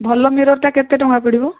ଭଲ ମିରର୍ଟା କେତେ ଟଙ୍କା ପଡ଼ିବ